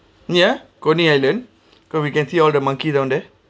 ya coney island so we can see all the monkey down there